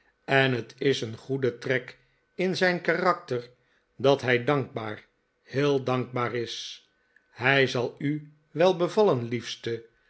en het is een goede trek in zijn karakter dat hij dankbaar heel dankbaar is hij zal u wel bevallen liefste